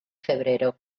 febrero